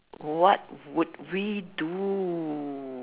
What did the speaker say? what would we do